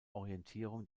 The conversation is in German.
orientierung